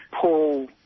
Paul